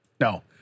No